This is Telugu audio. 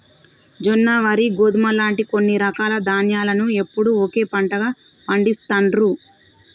జొన్న, వరి, గోధుమ లాంటి కొన్ని రకాల ధాన్యాలను ఎప్పుడూ ఒకే పంటగా పండిస్తాండ్రు